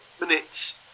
minutes